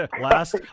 last